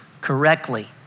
correctly